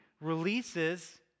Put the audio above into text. releases